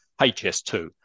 HS2